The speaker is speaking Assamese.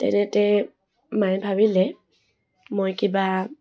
তেনেতে মায়ে ভাবিলে মই কিবা